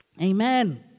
amen